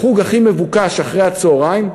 החוג הכי מבוקש אחרי הצהריים,